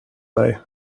dig